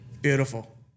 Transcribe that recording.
Beautiful